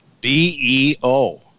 B-E-O